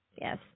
yes